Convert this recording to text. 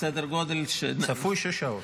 שסדר גודל של --- צפוי שש שעות.